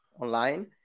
online